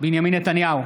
בנימין נתניהו,